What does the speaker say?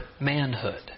manhood